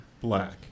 black